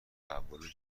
تحول